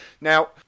Now